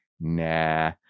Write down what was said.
Nah